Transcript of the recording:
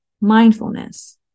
mindfulness